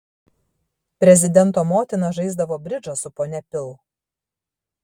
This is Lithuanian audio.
prezidento motina žaisdavo bridžą su ponia pil